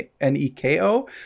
N-E-K-O